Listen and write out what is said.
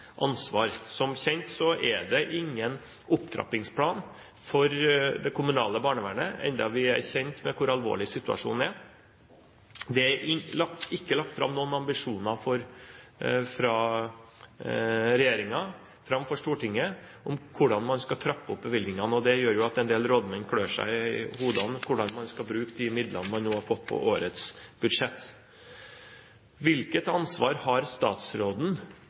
ansvar? Som kjent er det ingen opptrappingsplan for det kommunale barnevernet, enda vi er kjent med hvor alvorlig situasjonen er. Det er ikke lagt fram noen ambisjoner fra regjeringen for Stortinget om hvordan man skal trappe opp bevilgningene. Det gjør jo at en del rådmenn klør seg i hodet med tanke på hvordan man skal bruke de midlene som man har fått på årets budsjett. Hvilket ansvar har statsråden